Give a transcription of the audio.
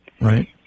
Right